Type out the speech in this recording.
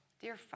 Dear